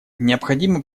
необходимо